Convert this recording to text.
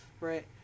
right